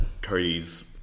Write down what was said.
Cody's